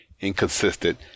inconsistent